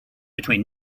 between